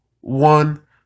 One